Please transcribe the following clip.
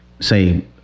say